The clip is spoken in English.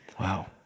Wow